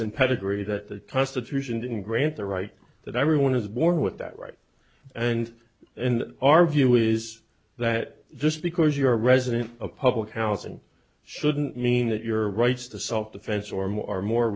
and pedigree that the constitution didn't grant the right that everyone is born with that right and then our view is that just because you're a resident a public house and shouldn't mean that your rights to self defense or more are more